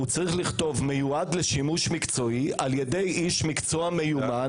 הוא צריך לכתוב: מיועד לשימוש מקצועי על ידי איש מקצוע מיומן